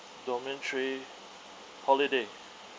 domain three holiday